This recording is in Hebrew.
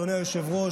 אדוני היושב-ראש,